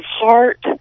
heart